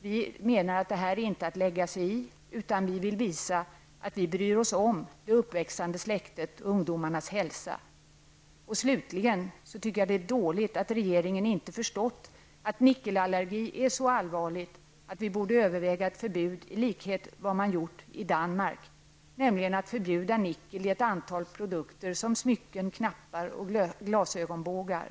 Vi menar att detta inte är att lägga sig i utan vi vill visa att vi bryr oss om det uppväxande släktet och ungdomarnas hälsa. Slutligen tycker jag att det är dåligt att regeringen inte förstått att nickelallergi är så allvarligt att vi borde överväga ett förbud i likhet med vad man gjort i Danmark, nämligen att förbjuda nickel i ett antal produkter som smycken, knappar och glasögonbågar.